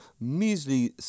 measly